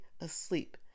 asleep